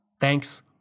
Thanks